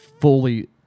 fully